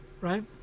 right